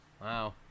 Wow